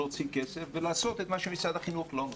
להוציא כסף ולעשות את מה שמשרד החינוך לא נותן.